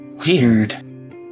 Weird